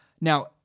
Now